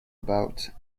about